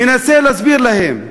מנסה להסביר להם: